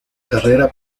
carrera